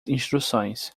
instruções